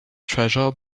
treasure